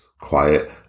Quiet